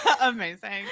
Amazing